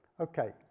Okay